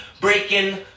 breaking